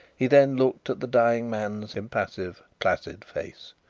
he then looked at the dying man's impassive, placid face.